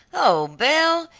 oh, belle,